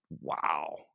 wow